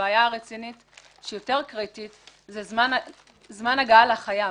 הבעיה הרצינית שהיא יותר קריטית היא זמן הגעה לחייב.